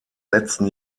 letzten